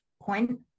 point